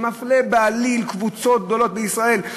שמפלה בעליל קבוצות גדולות בישראל?